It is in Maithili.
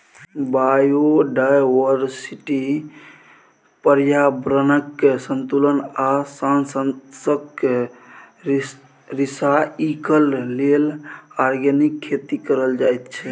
बायोडायवर्सिटी, प्रर्याबरणकेँ संतुलित आ साधंशक रिसाइकल लेल आर्गेनिक खेती कएल जाइत छै